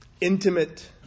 intimate